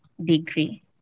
degree